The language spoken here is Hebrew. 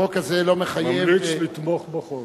אני ממליץ לתמוך בחוק.